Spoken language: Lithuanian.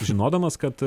žinodamas kad